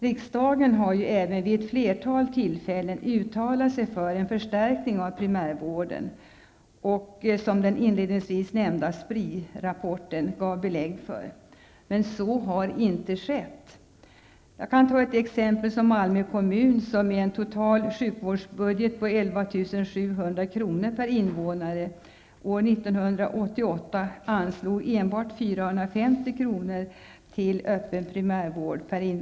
Riksdagen har även vid ett flertal tillfällen uttalat sig för en förstärkning av primärvården, vilket den inledningsvis nämnda SPRI-rapporten gav belägg för. Men så har inte skett. T.ex. Malmö kommun, med en total sjukvårdsbudget på 11 700 kr. per invånare, anslog 1988 enbart 450 kr. per invånare till öppen primärvård.